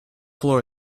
floor